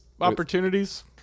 opportunities